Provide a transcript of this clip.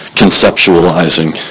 conceptualizing